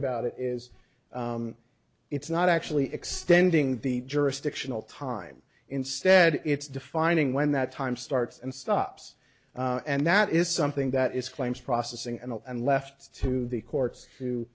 about it is it's not actually extending the jurisdictional time instead it's defining when that time starts and stops and that is something that is claims processing and and left to the courts to